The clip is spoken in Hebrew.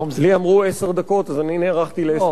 לי אמרו עשר דקות אז אני נערכתי לעשר דקות.